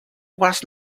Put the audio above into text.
was